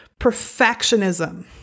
perfectionism